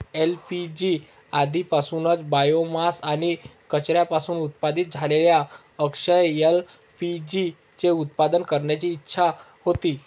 LPG आधीपासूनच biomass आणि कचऱ्यापासून उत्पादित झालेल्या अक्षय एल.पी.जी चे उत्पादन करण्याची इच्छा होती